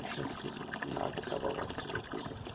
عٲشَہ کھے یِمو ناٹہٕ کَبابَہ کھیٚیِکھ بٕزِتھ